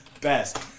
Best